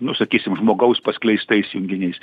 nu sakysim žmogaus paskleistais teiginiais